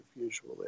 usually